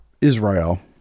Israel